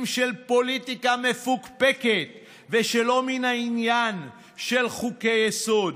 של פוליטיקה מפוקפקת ושלא מן העניין של חוקי-יסוד.